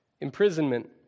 imprisonment